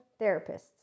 therapists